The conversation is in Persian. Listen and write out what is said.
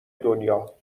دنیا